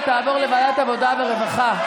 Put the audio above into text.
ותעבור לוועדת העבודה והרווחה.